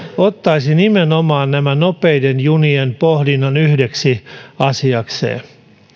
ottaisi nimenomaan näiden nopeiden junien pohdinnan yhdeksi asiakseen